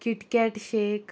KitKat shake